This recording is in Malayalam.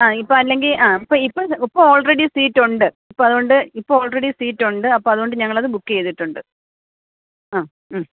ആ ഇപ്പം അല്ലെങ്കിൽ ആ ഇപ്പം ഇപ്പം ഇപ്പോൾ ഓൾറെഡി സീറ്റുണ്ട് ഇപ്പം അതുകൊണ്ട് ഇപ്പം ഓൾറെഡി സീറ്റുണ്ട് അപ്പം അതുകൊണ്ട് ഞങ്ങളത് ബുക്ക് ചെയ്തിട്ടുണ്ട് ആ മ്മ്